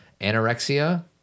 Anorexia